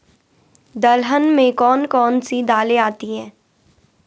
दलहन में कौन कौन सी दालें आती हैं?